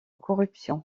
corruption